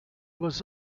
was